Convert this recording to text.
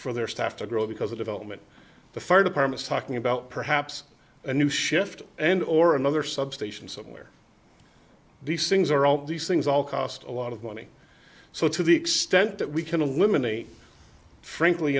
for their staff to grow because the development the fire department is talking about perhaps a new shift and or another substation somewhere these things are all these things all cost a lot of money so to the extent that we can eliminate frankly